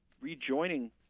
rejoining